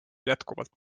jätkuvalt